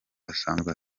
asanzwe